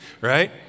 right